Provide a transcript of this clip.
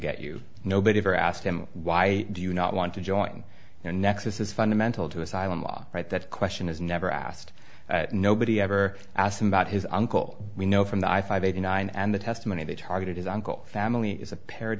get you nobody ever asked him why do you not want to join your nexis is fundamental to asylum law right that question is never asked nobody ever asked him about his uncle we know from the i five eighty nine and the testimony they targeted his uncle family is a par